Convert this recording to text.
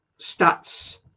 Stats